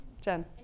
Jen